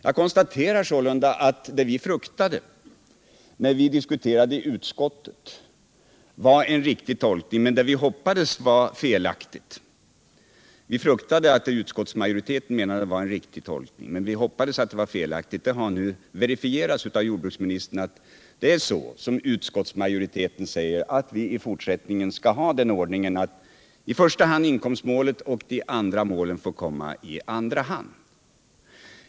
Jag konstaterar sålunda att det förhåller sig så som vi fruktade när detta diskuterades i utskottet. Vi befarade att den tolkning var riktig som utskottsmajoriteten gjorde, men vi hoppades att den var felaktig. Nu har jordbruksministern verifierat att det är så som majoriteten säger: I fortsättningen skall den ordningen råda att inkomstmålet kommer i främsta rummet och sedan får de övriga målen komma i andra hand.